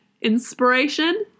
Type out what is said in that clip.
inspiration